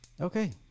Okay